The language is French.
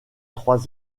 trois